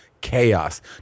chaos